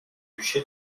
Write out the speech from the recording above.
duché